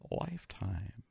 lifetime